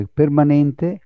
permanente